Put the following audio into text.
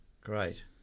Great